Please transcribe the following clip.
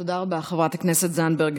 תודה רבה, חברת הכנסת זנדברג.